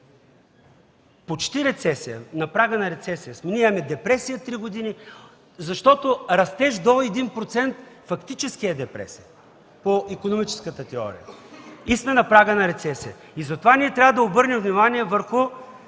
почти рецесия. На прага на рецесия сме. Ние имаме депресия три години, защото растеж до 1% фактически е депресия по икономическата теория. И сме на прага на рецесията. Затова ние трябва да обърнем внимание върху